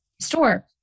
store